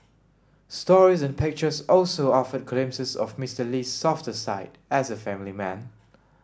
stories and pictures also offered glimpses of Mister Lee's softer side as a family man